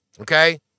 Okay